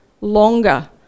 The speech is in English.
longer